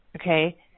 okay –